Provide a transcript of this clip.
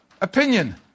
opinion